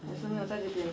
mm